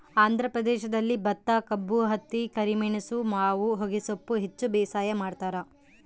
ಆಂಧ್ರ ಪ್ರದೇಶದಲ್ಲಿ ಭತ್ತಕಬ್ಬು ಹತ್ತಿ ಕರಿಮೆಣಸು ಮಾವು ಹೊಗೆಸೊಪ್ಪು ಹೆಚ್ಚು ಬೇಸಾಯ ಮಾಡ್ತಾರ